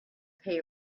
pay